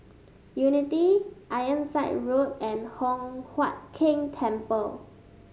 Unity Ironside Road and Hock Huat Keng Temple